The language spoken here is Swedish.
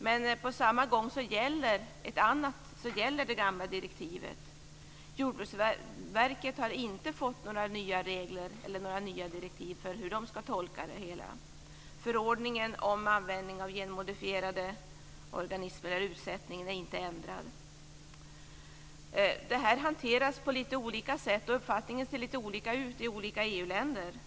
Men på samma gång gäller det gamla direktivet. Jordbruksverket har inte fått några nya regler eller nya direktiv för hur de ska tolka det hela. Förordningen om användningen av genmodifierade organismer när det gäller utsättningen är inte ändrad. Detta hanteras på lite olika sätt och uppfattningarna är lite olika i olika EU-länder.